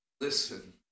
listen